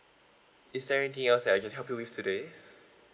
is there anything else that I can help you with today